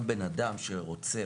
גם בן אדם שרוצה,